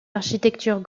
architecture